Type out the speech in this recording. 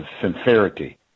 sincerity